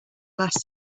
last